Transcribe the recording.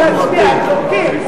אני לא מפריע, פשוט,